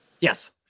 Yes